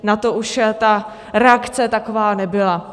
Na to už ta reakce taková nebyla.